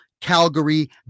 Calgary